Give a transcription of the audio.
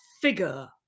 figure